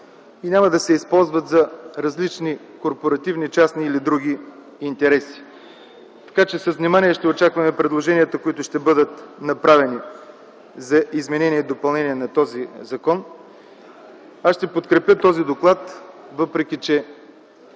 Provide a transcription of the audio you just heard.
и няма да се използват за различни корпоративни, частни или други интереси. С внимание ще очакваме предложенията, които ще бъдат направени за изменение и допълнение на този закон. Аз ще подкрепя този доклад, въпреки че